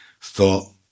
thought